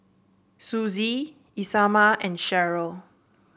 Suzie Isamar and Sheryl